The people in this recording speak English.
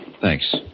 Thanks